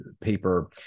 paper